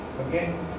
okay